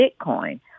Bitcoin